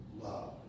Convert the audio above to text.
love